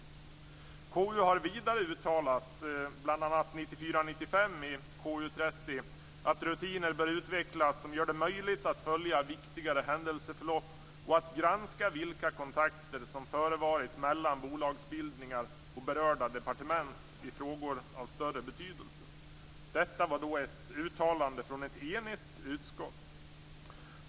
Konstitutionsutskottet har vidare uttalat, bl.a. i 1994/95:KU30, att rutiner bör utvecklas som gör det möjligt att följa viktigare händelseförlopp och att granska vilka kontakter som förevarit mellan bolagsbildningar och berörda departement i frågor av större betydelse. Detta var ett uttalande från ett enigt utskott.